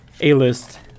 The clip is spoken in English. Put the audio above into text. A-list